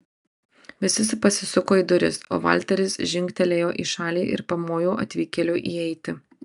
visi pasisuko į duris o valteris žingtelėjo į šalį ir pamojo atvykėliui įeiti